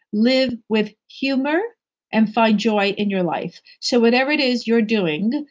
live with humor and find joy in your life. so whatever it is you're doing,